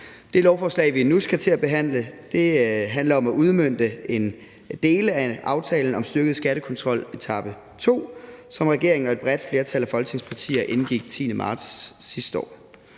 Det lovforslag, vi nu skal til at behandle, handler om at udmønte dele af aftalen »En styrket skattekontrol – etape 2«, som regeringen og et bredt flertal af Folketingets partier indgik den 10. marts sidste år.